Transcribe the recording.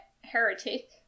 Heretic